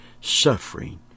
suffering